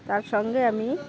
তার সঙ্গে আমি